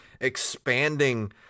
expanding